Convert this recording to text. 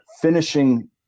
finishing